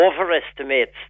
overestimates